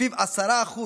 ולפיו 10%